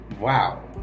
Wow